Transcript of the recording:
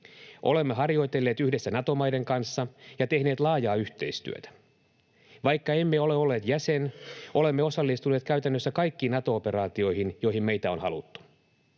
Olemme harjoitelleet yhdessä Nato-maiden kanssa ja tehneet laajaa yhteistyötä. Vaikka emme ole olleet jäsen, olemme osallistuneet käytännössä kaikkiin Nato-operaatioihin, joihin meitä on haluttu.